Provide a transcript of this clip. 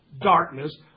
darkness